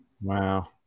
Wow